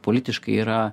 politiškai yra